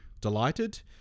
delighted